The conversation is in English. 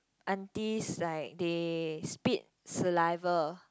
aunties like they spit saliva